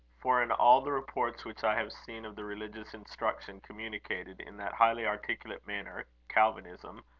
for in all the reports which i have seen of the religious instruction communicated in that highly articulate manner, calvinism,